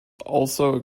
also